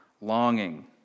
longing